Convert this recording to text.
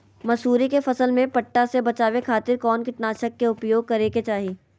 मसूरी के फसल में पट्टा से बचावे खातिर कौन कीटनाशक के उपयोग करे के चाही?